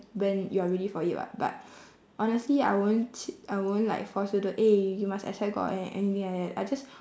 when you are ready for it [what] but honestly I won't ch~ I won't like force you to eh you must accept god and anything like that I just